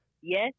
Yes